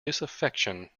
disaffection